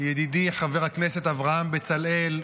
ידידי חבר הכנסת אברהם בצלאל,